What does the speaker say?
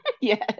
Yes